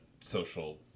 social